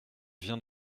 vient